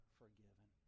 forgiven